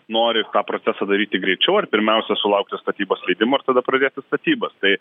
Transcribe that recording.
nori tą procesą daryti greičiau ar pirmiausia sulaukti statybos leidimo ir tada pradėti statybas tai